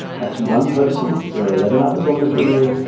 that's one person. there are eleven others on the jury.